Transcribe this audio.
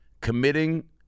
Committing